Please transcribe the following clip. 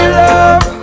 love